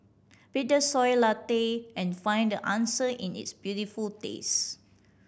pick the Soy Latte and find the answer in its beautiful taste